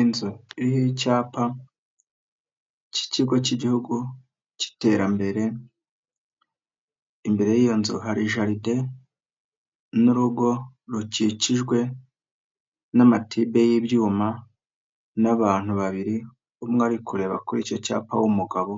Inzu iriho icyapa cy'Ikigo cy'Igihugu cy'iterambere imbere, iyo nzu hari jaride n'urugo rukikijwe n'amatibe y'ibyuma n'abantu babiri, umwe ari kureba kuri icyo cyapa aho umugabo